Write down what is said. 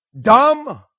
dumb